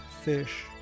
fish